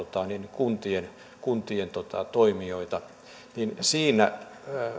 kuntien kuntien toimijoita ja siinä